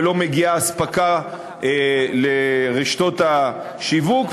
ולא מגיעה אספקה לרשתות השיווק,